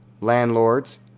landlords